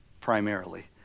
primarily